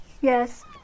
Yes